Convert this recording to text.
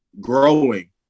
Growing